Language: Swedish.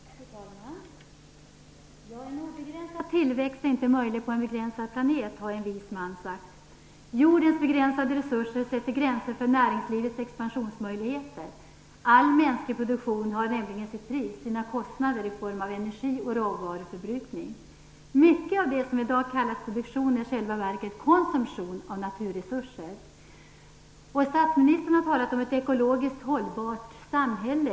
Fru talman! En obegränsad tillväxt är inte möjlig på en begränsad planet, har en vis man sagt. Jordens begränsade resurser sätter gränser för näringslivets expansionsmöjligheter. All mänsklig produktion har nämligen sitt pris, sina kostnader, i form av energi och råvaruförbrukning. Mycket av det som i dag kallas produktion är i själva verket konsumtion av naturresurser. Statsministern har talat om ett ekologiskt hållbart samhälle.